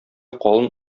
калын